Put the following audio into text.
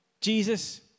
jesus